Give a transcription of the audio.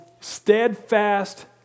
Steadfast